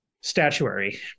statuary